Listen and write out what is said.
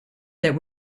that